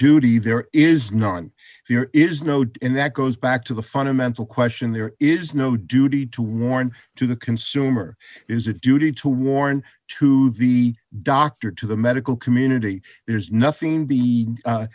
duty there is none there is no doubt and that goes back to the fundamental question there is no duty to warn to the consumer is a duty to warn to the doctor to the medical community there's nothing